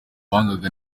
baganga